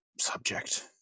subject